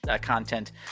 content